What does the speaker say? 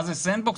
מה זה Sand box?